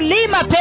Lima